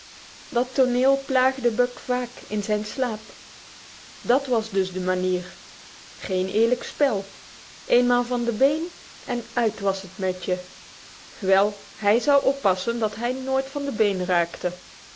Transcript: dat toneel plaagde buck vaak in zijn slaap dat was dus de manier geen eerlijk spel eenmaal van de been en uit was het met je wel hij zou oppassen dat hij nooit van de been raakte